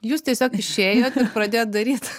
jūs tiesiog išėjot ir pradėjot daryt